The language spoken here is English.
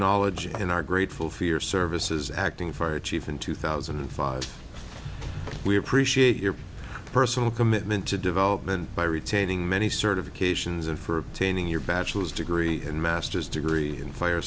acknowledge and are grateful for your services acting fire chief in two thousand and five we appreciate your personal commitment to development by retaining many certifications and for obtaining your bachelor's degree and master's degree in fire